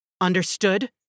Understood